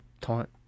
taunt